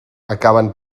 acaben